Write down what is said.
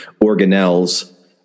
organelles